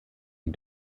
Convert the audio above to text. die